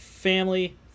Family